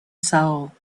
soul